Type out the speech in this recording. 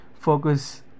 focus